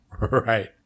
Right